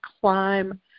climb